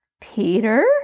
Peter